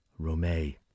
Romay